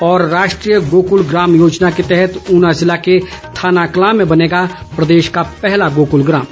और राष्ट्रीय गोकुल ग्राम योजना के तहत ऊना ज़िले के थानाकलां में बनेगा प्रदेश का पहला गोकुल ग्राम